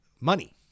money